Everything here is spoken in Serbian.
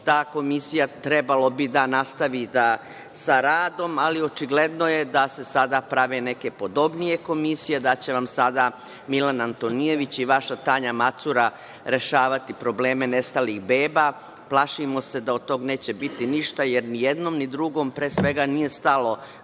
ta komisija trebalo bi da nastavi sa radom, ali očigledno je da se sada prave neke podobnije komisije, da će vam sada Milan Antonijević i vaša Tanja Macura rešavati probleme nestalih beba. Plašimo se da od toga neće biti ništa, jer ni jednom ni drugom, pre svega, nije stalo